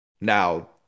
Now